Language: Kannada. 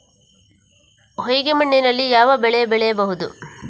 ಹೊಯ್ಗೆ ಮಣ್ಣಿನಲ್ಲಿ ಯಾವ ಬೆಳೆ ಬೆಳೆಯಬಹುದು?